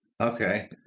Okay